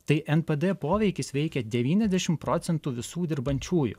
tai npd poveikis veikia devyniasdešimt procentų visų dirbančiųjų